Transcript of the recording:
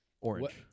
Orange